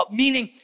meaning